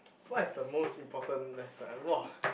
what is the most important lesson !wah!